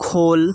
খোল